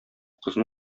кызны